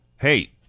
Hey